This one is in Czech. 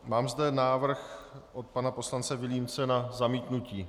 Mám zde návrh od pana poslance Vilímce na zamítnutí.